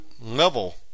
level